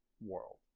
world